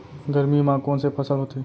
गरमी मा कोन से फसल होथे?